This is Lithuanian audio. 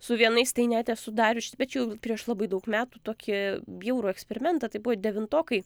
su vienais tai net esu dariuši bet čia jau prieš labai daug metų tokį bjaurų eksperimentą tai buvo devintokai